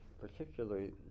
particularly